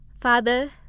Father